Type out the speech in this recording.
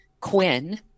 Quinn